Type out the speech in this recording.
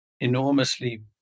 enormously